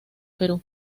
perú